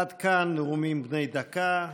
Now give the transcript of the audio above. עד כאן נאומים בני דקה.